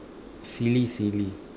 silly silly